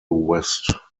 west